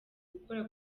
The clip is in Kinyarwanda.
gukora